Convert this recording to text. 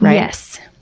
yes.